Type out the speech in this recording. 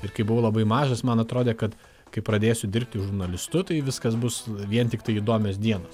ir kai buvo labai mažas man atrodė kad kai pradėsiu dirbti žurnalistu tai viskas bus vien tiktai įdomios dienos